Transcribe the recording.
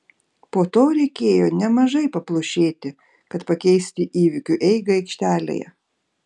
po to reikėjo nemažai paplušėti kad pakeisti įvykių eigą aikštelėje